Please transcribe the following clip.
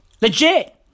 Legit